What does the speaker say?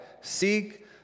seek